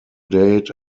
date